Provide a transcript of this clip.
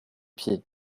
pieds